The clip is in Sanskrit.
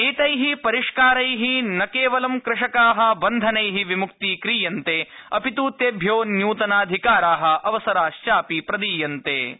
एतै परिष्कारै न केवलं कृषका बन्धनै विमुक्तीक्रियन्ते अपित् तेभ्यो नृतनाधिकारा अवसराश्चापि प्रदीयन्ते इति